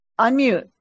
Unmute